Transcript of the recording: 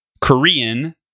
Korean